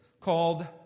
called